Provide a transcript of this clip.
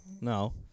No